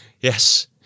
Yes